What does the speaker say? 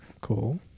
Cool